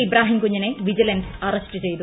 ഇബ്രാഹിംകുഞ്ഞിനെ vigilance arrest ചെയ്തു